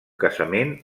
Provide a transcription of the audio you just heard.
casament